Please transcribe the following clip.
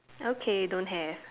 okay don't have